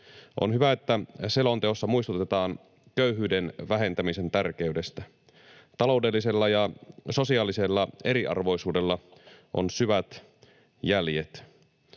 On hyvä, että selonteossa muistutetaan köyhyyden vähentämisen tärkeydestä. Taloudellisella ja sosiaalisella eriarvoisuudella on syvät jäljet.